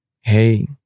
hey